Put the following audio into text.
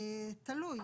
תלוי.